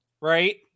right